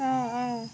آ آ